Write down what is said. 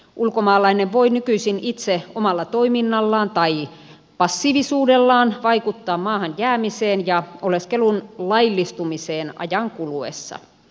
ulkomaalainen voi nykyisin itse omalla toiminnallaan tai passiivisuudellaan vaikuttaa maahan jäämiseen ja oleskelun laillistumiseen ajan kuluessa